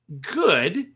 good